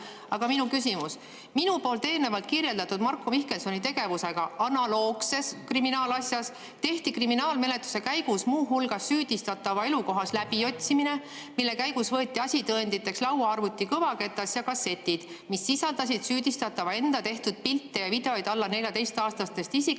Aga minu küsimus. Minu eelnevalt kirjeldatud Marko Mihkelsoni tegevusega analoogses kriminaalasjas tehti kriminaalmenetluse käigus muu hulgas süüdistatava elukohas läbiotsimine, mille käigus võeti asitõenditeks lauaarvuti kõvaketas ja kassetid, mis sisaldasid süüdistatava enda tehtud pilte ja videoid alla 14-aastastest isikutest,